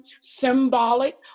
Symbolic